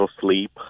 sleep